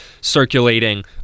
circulating